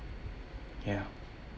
ya